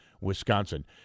Wisconsin